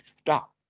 Stop